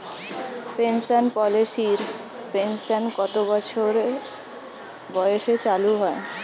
Pension পলিসির pension কত বছর বয়সে চালু হয়?